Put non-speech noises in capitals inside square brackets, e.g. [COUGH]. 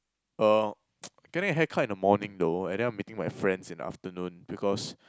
oh [NOISE] I'm getting a haircut in the morning though and then I'm meeting my friends in the afternoon because